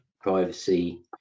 privacy